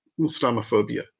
Islamophobia